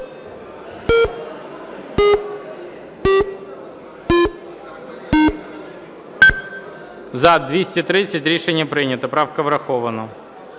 За-230 Рішення прийнято. Правка врахована.